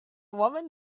woman